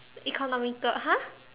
economical !huh!